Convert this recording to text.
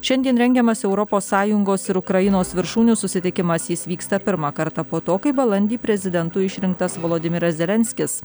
šiandien rengiamas europos sąjungos ir ukrainos viršūnių susitikimas jis vyksta pirmą kartą po to kai balandį prezidentu išrinktas volodimiras zelenskis